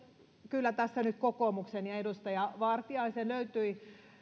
kyllä tässä nyt kokoomuksen ja edustaja vartiaisen löytyi